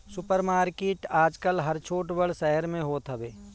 super market आजकल हर छोट बड़ शहर में होत हवे